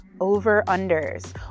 over-unders